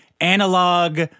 analog